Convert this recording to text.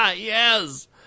Yes